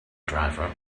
driver